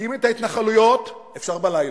להקים את ההתנחלויות אפשר בלילה,